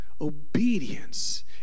obedience